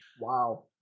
Wow